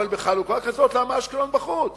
אבל בחלוקה כזאת, למה אשקלון בחוץ?